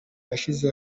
yashyize